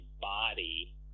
body